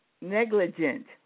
negligent